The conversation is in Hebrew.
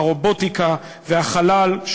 הרובוטיקה והחלל,